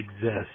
exist